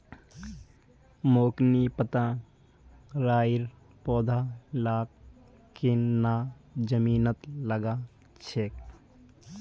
मोक नी पता राइर पौधा लाक केन न जमीनत लगा छेक